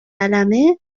قلمه